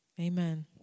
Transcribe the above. Amen